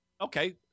Okay